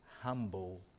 humble